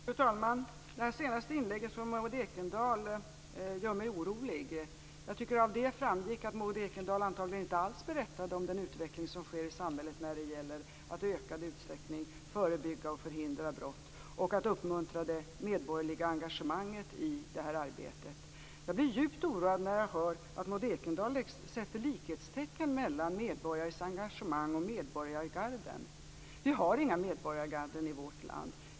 Fru talman! Det senaste inlägget från Maud Ekendahl gör mig orolig. Av det inlägget framgick att Maud Ekendahl antagligen inte alls berättade om den utveckling som sker i samhället när det gäller att i ökad utsträckning förebygga och förhindra brott och att uppmuntra det medborgerliga engagemanget i arbetet. Jag blir djupt oroad över att Maud Ekendahl sätter likhetstecken mellan medborgares engagemang och medborgargarden. Vi har inga medborgargarden i vårt land.